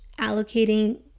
allocating